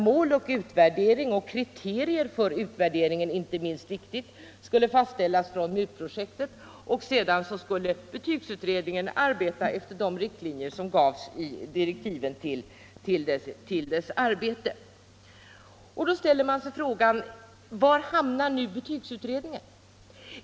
Mål och utvärdering och kriterier för utvärderingen — inte minst viktigt — skulle fastställas med utgångspunkt i MUT-projektet, och sedan skulle betygsutredningen arbeta efter de riktlinjer som gavs i direktiven till utredningen. Då kan man ställa frågan: Var hamnar nu betygsutredningen?